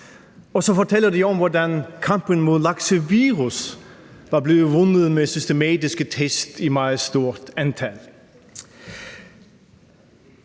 Og så fortæller de om, hvordan kampen mod laksevirus var blevet vundet med systematiske test i meget stort antal.